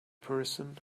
person